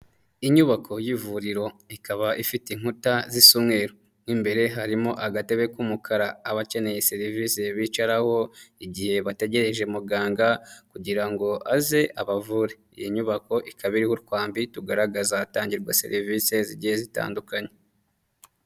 Inyubako y'ivuriro, ikaba ifite inkuta zisa umweru, mo imbere harimo agatebe k'umukara abakeneye serivisi bicaraho igihe bategereje muganga kugira ngo aze abavure. Iyi nyubako ikaba iriho utwambi tugaragaza ahatangirwa serivisi zigiye zitandukanye.